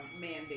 Mandy